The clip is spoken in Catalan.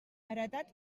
heretat